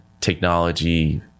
technology